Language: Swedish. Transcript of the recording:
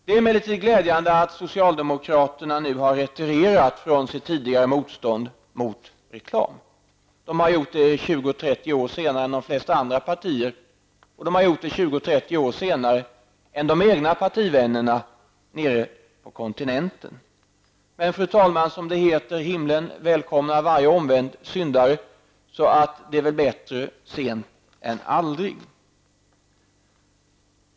Det är emellertid glädjande att socialdemokraterna nu har retirerat från sitt tidigare motstånd mot reklam. De har gjort det 20--30 år senare än vad de flesta andra partier har gjort och 20--30 år senare än de egna partivännerna nere på kontinenten. Men, som det heter, himlen välkomnar varje omvänd syndare. Så det är väl bättre sent än aldrig.